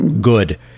good